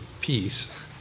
peace